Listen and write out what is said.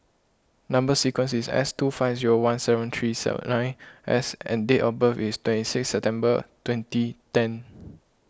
Number Sequence is S two five zero one seven three seven nine S and date of birth is twenty six September twenty ten